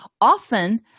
often